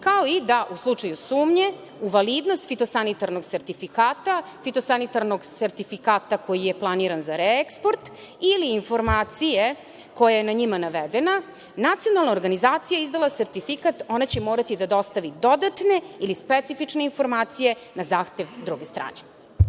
kao i da u slučaju sumnje u validnost fitosanitarnog sertifikata, fitosanitarnog sertifikata koji je planiran za reeksoport ili informacije koja je na njima navedena, nacionalna organizacija je izdala sertifikat, ona će morati da dostavi dodatne ili specifične informacije na zahtev druge strane. Oba